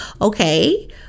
okay